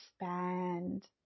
expand